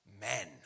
men